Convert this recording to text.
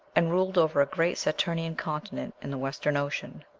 and ruled over a great saturnian continent in the western ocean.